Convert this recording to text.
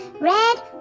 Red